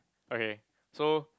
okay so